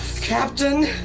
Captain